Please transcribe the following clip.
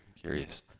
Curious